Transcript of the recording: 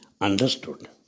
understood